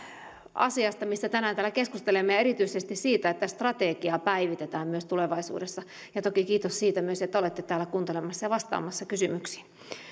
asiasta mistä tänään täällä keskustelemme erityisesti siitä että strategiaa päivitetään myös tulevaisuudessa toki kiitos siitä myös että olette täällä kuuntelemassa ja vastaamassa kysymyksiin